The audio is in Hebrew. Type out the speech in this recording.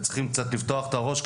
וצריכים קצת לפתוח את הראש,